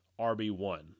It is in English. RB1